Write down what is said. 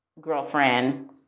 girlfriend